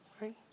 right